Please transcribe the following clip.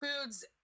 foods